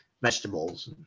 vegetables